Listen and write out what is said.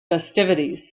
festivities